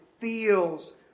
feels